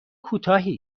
کوتاهی